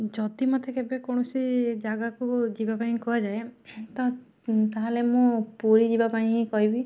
ଯଦି ମୋତେ କେବେ କୌଣସି ଜାଗାକୁ ଯିବା ପାଇଁ କୁହାଯାଏ ତ ତା'ହେଲେ ମୁଁ ପୁରୀ ଯିବା ପାଇଁ ହିଁ କହିବି